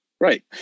Right